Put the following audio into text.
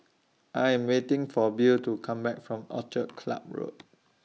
I Am waiting For Bill to Come Back from Orchid Club Road